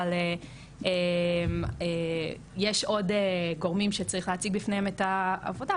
אבל יש עוד גורמים שצריך להציג בפניהם את העבודה,